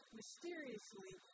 mysteriously